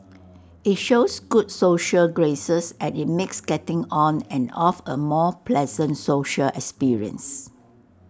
IT shows good social graces and IT makes getting on and off A more pleasant social experience